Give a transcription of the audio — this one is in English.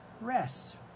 rest